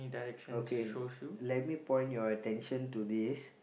okay lemme point your attention to this